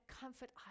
comfort